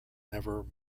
never